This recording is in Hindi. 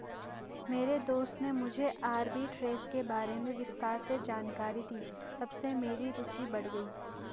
मेरे दोस्त ने मुझे आरबी ट्रेज़ के बारे में विस्तार से जानकारी दी तबसे मेरी रूचि बढ़ गयी